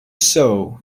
sow